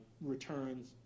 returns